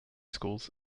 schools